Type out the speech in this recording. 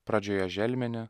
pradžioje želmenį